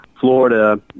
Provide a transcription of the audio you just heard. Florida